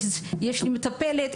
יש לי מטפלת,